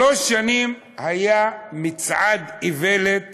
שלוש שנים היה מצעד איוולת